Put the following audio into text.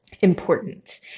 important